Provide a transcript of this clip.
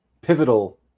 pivotal